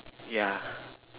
ya